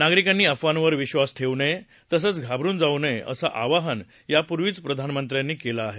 नागरिकांनी अफावांवर विश्वास ठेवू नये तसंच घाबरुन जाऊ नये असं आवाहन यापूर्वीचं प्रधानमंत्र्यांनी केलं आहे